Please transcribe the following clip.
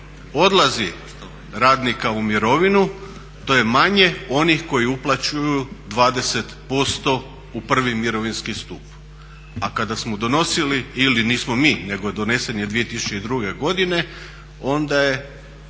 odlazi radnika u mirovinu to je manje onih koji uplaćuju 20% u prvi mirovinski stup, a kada smo donosili ili nismo mi, nego je donesen 2002. godine onda je